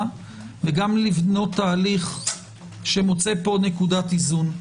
וגם לבנות תהליך שמוצא פה נקודת איזון.